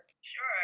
Sure